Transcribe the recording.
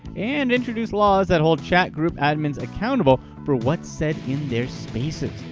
and introduced laws that hold chat group admins accountable for what's said in their spaces.